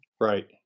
Right